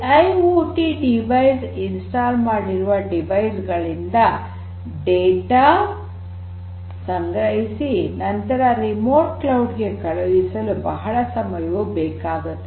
IoT device install ಮಾಡಿರುವ device ಗಳಿಂದ data ಸಂಗ್ರಹಿಸಿ ನಂತರ ರಿಮೋಟ್ ಕ್ಲೌಡ್ ಗೆ ಕಳುಹಿಸಲು ಬಹಳ ಸಮಯವು ಬೇಕಾಗುತ್ತದೆ